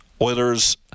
Oilers